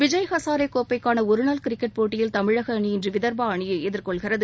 விஜய் ஹசாரே கோப்டைக்கான ஒருநாள் கிரிக்கெட் போட்டியில் தமிழக அணி இன்று விதர்பா அணியை எதிர்கொள்கிறது